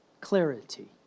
clarity